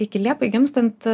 iki liepai gimstant